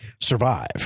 survive